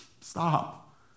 Stop